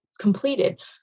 completed